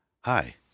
Hi